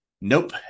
nope